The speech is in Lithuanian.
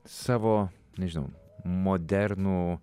savo nežinau modernų